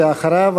ואחריו,